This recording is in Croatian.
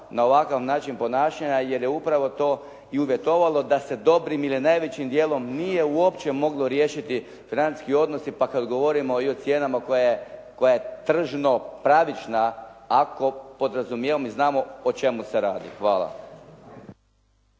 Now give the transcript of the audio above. na ovakav način ponašanja, jer je upravo to i uvjetovalo da se dobrim ili najvećim dijelom nije uopće moglo riješiti financijski odnosi, pa kad govorimo i o cijenama koja je tržno pravična ako podrazumijevamo i znamo o čemu se radi. Hvala.